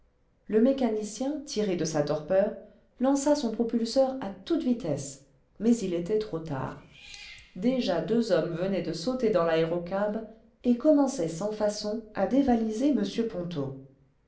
le mécanicien tiré de sa torpeur lança son propulseur à toute vitesse mais il était trop tard déjà deux hommes venaient de sauter dans l'aérocab et commençaient sans façon à dévaliser m ponto